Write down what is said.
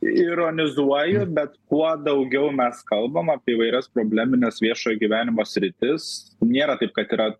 ironizuoju bet kuo daugiau mes kalbam apie įvairias problemines viešojo gyvenimo sritis nėra taip kad yra